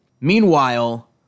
Meanwhile